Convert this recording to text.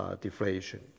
deflation